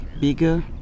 bigger